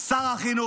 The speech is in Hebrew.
את שר החינוך,